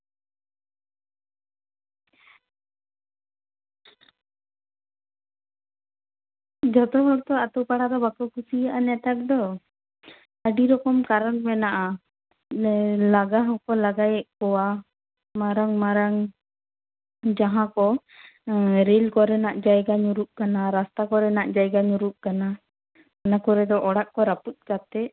ᱡᱚᱛᱚ ᱦᱚᱲ ᱛᱚ ᱟᱛᱳ ᱯᱟᱲᱟ ᱫᱚ ᱵᱟᱠᱚ ᱠᱩᱥᱤᱭᱟᱜᱼᱟ ᱱᱮᱛᱟᱨ ᱫᱚ ᱟᱹᱰᱤ ᱨᱚᱠᱚᱢ ᱠᱟᱨᱚᱱ ᱢᱮᱱᱟᱜᱼᱟ ᱞᱟᱜᱟ ᱦᱚᱸᱠᱚ ᱞᱟᱜᱟᱭᱮᱫ ᱠᱚᱣᱟ ᱢᱟᱨᱟᱝ ᱢᱟᱨᱟᱝ ᱡᱟᱦᱟᱸ ᱠᱚ ᱨᱮᱹᱞ ᱠᱚᱨᱮᱱᱟᱜ ᱡᱟᱭᱜᱟ ᱧᱩᱨᱩᱜ ᱠᱟᱱᱟ ᱨᱟᱥᱛᱟ ᱠᱚᱨᱮᱱᱟᱜ ᱡᱟᱭᱜᱟ ᱧᱩᱨᱩᱜ ᱠᱟᱱᱟ ᱚᱱᱟ ᱠᱚᱨᱮ ᱫᱚ ᱚᱲᱟᱜ ᱠᱚ ᱨᱟᱹᱯᱩᱫ ᱠᱟᱛᱮ